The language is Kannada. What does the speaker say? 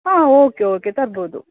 ಹಾಂ ಓಕೆ ಓಕೆ ತರ್ಬೋದು